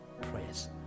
prayers